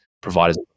providers